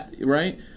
Right